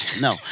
No